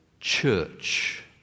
church